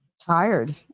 tired